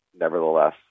nevertheless